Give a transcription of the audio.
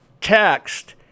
text